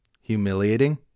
Humiliating